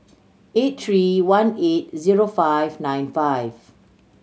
eight three one eight zero five nine five